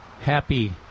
happy